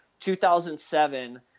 2007